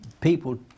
people